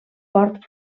port